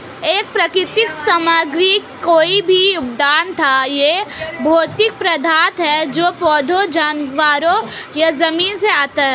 एक प्राकृतिक सामग्री कोई भी उत्पाद या भौतिक पदार्थ है जो पौधों, जानवरों या जमीन से आता है